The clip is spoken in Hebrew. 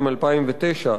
2000 2009,